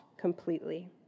completely